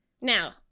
now